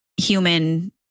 human